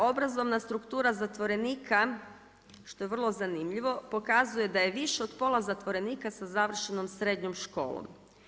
Obrazovna struktura zatvorenika što je vrlo zanimljivo pokazuje da je više od pola zatvorenika sa završenom srednjom školom.